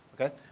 okay